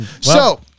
So-